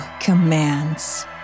commands